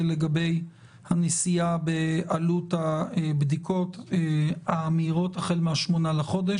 לגבי הנשיאה בעלות הבדיקות המהירות החל מ-8 באוגוסט.